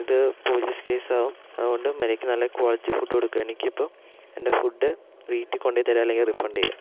ഇത് police case ആകും അതുകൊണ്ട് മര്യാദയ്ക്ക് നല്ല ക്വാളിറ്റി ഫുഡ് കൊടുക്കുക എനിക്ക് ഇപ്പോൾ എൻ്റെ ഫുഡ് വീട്ടിൽ കൊണ്ട് തരിക അല്ലെങ്കിൽ റീഫണ്ട് ചെയ്യുക